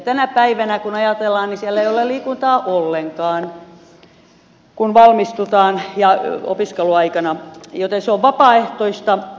tätä päivää kun ajatellaan niin siellä ei ole liikuntaa ollenkaan opiskeluaikana se on vapaaehtoista